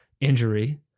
injury